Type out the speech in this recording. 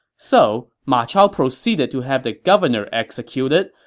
so ma chao proceeded to have the governor executed,